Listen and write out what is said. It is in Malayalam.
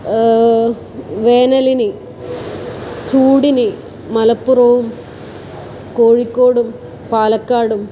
വേനലിന് ചൂടിന് മലപ്പുറവും കോഴിക്കോടും പാലക്കാടും